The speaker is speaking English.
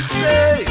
say